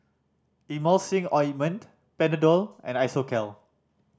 Emulsying Ointment Panadol and Isocal